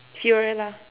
she your rare lah